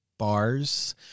bars